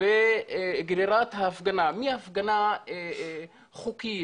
וגרירת ההפגנה מהפגנה חוקית,